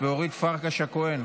ואורית פרקש הכהן.